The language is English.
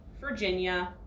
virginia